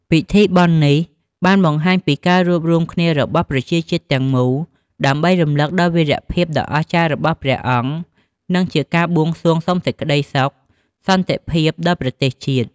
ពិធីបុណ្យនេះបានបង្ហាញពីការរួបរួមគ្នារបស់ប្រជាជាតិទាំងមូល ដើម្បីរំលឹកដល់វីរភាពដ៏អស្ចារ្យរបស់ព្រះអង្គ និងជាការបួងសួងសុំសេចក្ដីសុខសន្តិភាពដល់ប្រទេសជាតិ។